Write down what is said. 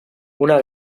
una